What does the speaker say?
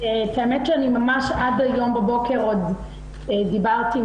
את האמת שאני ממש עד היום בבוקר עוד דיברתי עם